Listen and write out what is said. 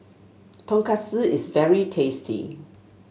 tonkatsu is very tasty